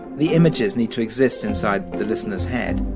the images need to exist inside the listeners head,